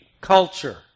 culture